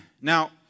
Now